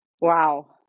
wow